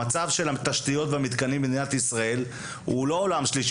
המצב של התשתיות והמתקנים במדינת ישראל הוא לא עולם שלישי,